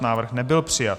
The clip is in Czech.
Návrh nebyl přijat.